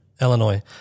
Illinois